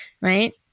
right